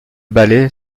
balai